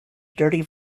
dirty